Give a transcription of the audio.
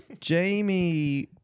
Jamie